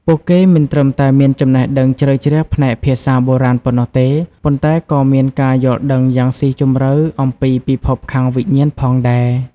ពួកគេមិនត្រឹមតែមានចំណេះដឹងជ្រៅជ្រះផ្នែកភាសាបុរាណប៉ុណ្ណោះទេ ប៉ុន្តែក៏មានការយល់ដឹងយ៉ាងស៊ីជម្រៅអំពីពិភពខាងវិញ្ញាណផងដែរ។